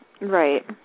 Right